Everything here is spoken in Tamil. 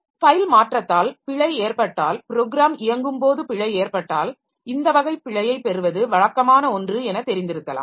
ஃபைல் மாற்றத்தால் பிழை ஏற்பட்டால் ப்ரோக்ராம் இயங்கும் போது பிழை ஏற்பட்டால் இந்த வகை பிழையைப் பெறுவது வழக்கமான ஒன்று என தெரிந்திருக்கலாம்